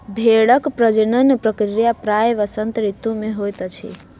भेड़क प्रजनन प्रक्रिया प्रायः वसंत ऋतू मे होइत अछि